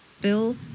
Bill